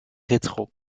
rétro